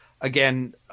Again